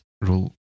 rule